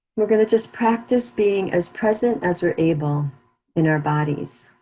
we're gonna just practice being as present as we're able in our bodies.